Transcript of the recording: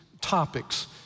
topics